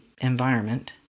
environment